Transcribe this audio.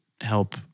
help